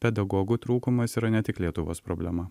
pedagogų trūkumas yra ne tik lietuvos problema